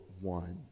one